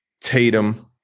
Tatum